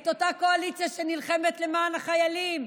אותה קואליציה שנלחמת למען החיילים,